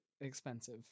expensive